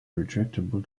retractable